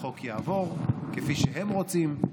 החוק יעבור כפי שהם רוצים,